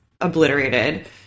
obliterated